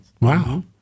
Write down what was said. Wow